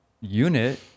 unit